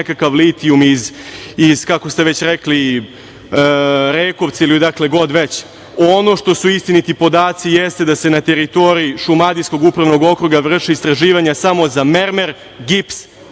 nekakav litijum, iz kako ste već rekli, Rekovca ili odakle god već. Ono što su istiniti podaci jeste da se na teritoriji Šumadijskog upravnog okruga vrši istraživanje samo za mermer, gips,